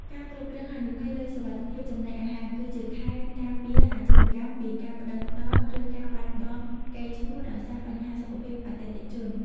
ការគ្រប់គ្រងហានិភ័យ លើសុវត្ថិភាពចំណីអាហារ គឺជាខែលការពារអាជីវកម្មពីការប្ដឹងផ្ដល់ ឬការបាត់បង់កេរ្តិ៍ឈ្មោះដោយសារបញ្ហាសុខភាពអតិថិជន។